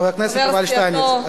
חבר הכנסת יובל שטייניץ,